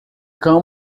cão